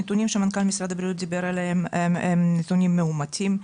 הנתונים שמנכ"ל משרד הבריאות דיבר עליהם הם נתונים מאומתים.